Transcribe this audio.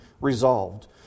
resolved